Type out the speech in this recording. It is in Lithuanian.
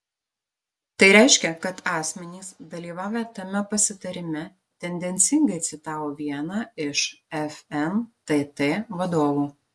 tai reiškia kad asmenys dalyvavę tame pasitarime tendencingai citavo vieną iš fntt vadovų